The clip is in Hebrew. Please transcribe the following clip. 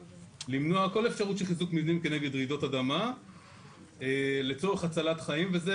למנוע כל אפשרות של חיזוק מבנים כנגד רעידות אדמה לצורך הצלת חיים וזה